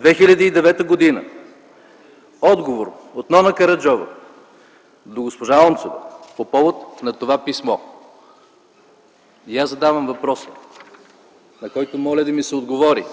2009 г. – отговор от Нона Караджова до госпожа Онцова по повод на това писмо. И аз задавам въпроса, на който моля да ми се отговори: